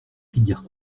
filières